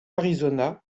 arizona